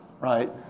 right